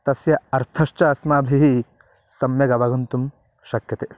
तस्य अर्थश्च अस्माभिः सम्यगवगन्तुं शक्यते